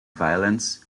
violence